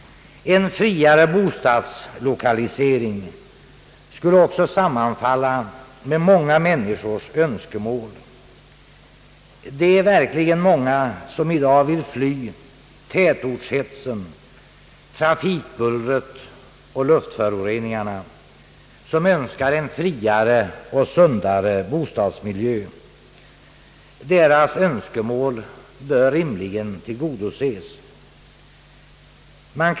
En friare bostadslokalisering skulle också sammanfalla med många människors önskemål. Det är många som i dag vill fly tätortshetsen, trafikbullret och luftföroreningarna, som önskar en friare och sundare bostadsmiljö. Deras önskemål bör rimligen tillgodoses.